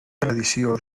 tradició